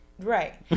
Right